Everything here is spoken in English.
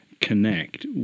connect